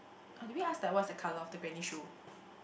orh did we ask that what is the colour of the granny shoe